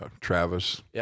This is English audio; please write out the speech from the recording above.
Travis